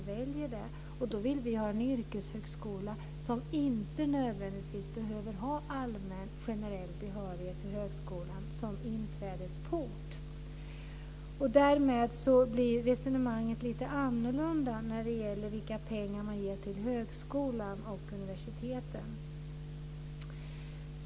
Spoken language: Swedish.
Vi vill ha en yrkeshögskola som inte nödvändigtvis behöver ha allmän, generell behörighet till högskolan som inträdesport. Därmed blir resonemanget annorlunda när det gäller vilka pengar man ger till högskolor och universitet.